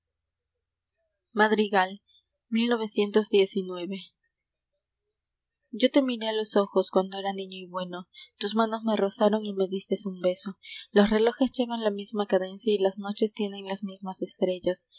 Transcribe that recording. o te miré a los ojos cuando era niño y bueno tus manos me rozaron y me distes un beso los relojes llevan la misma cadencia y las noches tienen las mismas estrellas